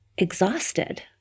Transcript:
exhausted